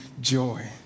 joy